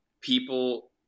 people